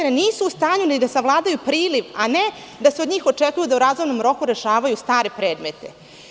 Nisu u stanju da savladaju priliv, a ne da se od njih očekuje da u razumnom roku rešavaju stare predmete.